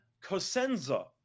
Cosenza